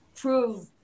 Prove